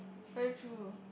very true